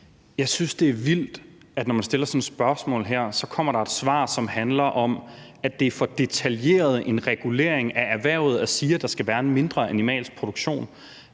Jeg synes, det er vildt, at der, når man stiller sådan et spørgsmål, så kommer et svar, som handler om, at det er for detaljeret en regulering af erhvervet at sige, at der skal være en mindre animalsk produktion.